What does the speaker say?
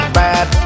bad